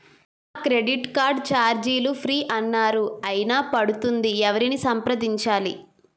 నా credit card ఛార్జీలు free అన్నారు అయినా పడుతుంది ఎవరిని సంప్రదించాలి?